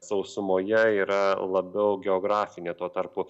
sausumoje yra labiau geografinė tuo tarpu